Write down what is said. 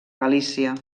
galícia